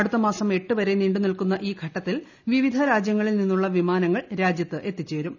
അടുത്തമിട്സം എട്ടുവരെ നീണ്ടു നിൽക്കുന്ന ഈ ഘട്ടത്തിൽ വിവിധ രാജ്യങ്ങളിൽ നിന്നുള്ള വിമാനങ്ങൾ രാജ്യത്ത് എത്തിച്ചേരും